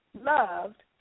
loved